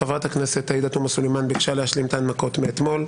חברת הכנסת עאידה תומא סלימאן ביקשה להשלים את ההנמקות מאתמול,